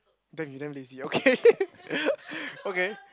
damn you damn lazy okay okay